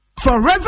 Forever